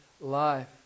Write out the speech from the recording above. life